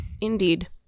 Indeed